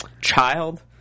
child